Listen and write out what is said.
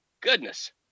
goodness